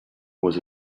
was